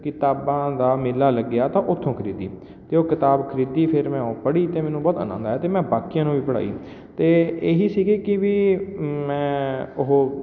ਕਿਤਾਬਾਂ ਦਾ ਮੇਲਾ ਲੱਗਿਆ ਤਾਂ ਉੱਥੋਂ ਖਰੀਦੀ ਅਤੇ ਉਹ ਕਿਤਾਬ ਖਰੀਦੀ ਫਿਰ ਮੈਂ ਉਹ ਪੜ੍ਹੀ ਅਤੇ ਮੈਨੂੰ ਬਹੁਤ ਆਨੰਦ ਆਇਆ ਅਤੇ ਮੈਂ ਬਾਕੀਆਂ ਨੂੰ ਵੀ ਪੜ੍ਹਾਈ ਤੇ ਇਹੀ ਸੀਗੀ ਕਿ ਵੀ ਮੈਂ ਉਹ